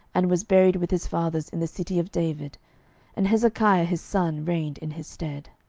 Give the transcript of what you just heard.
and was buried with his fathers in the city of david and hezekiah his son reigned in his stead.